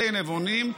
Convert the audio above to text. די נבונים,